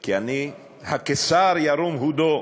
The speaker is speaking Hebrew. כי אני הקיסר, ירום הודו,